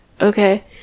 okay